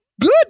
good